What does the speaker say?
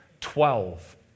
Twelve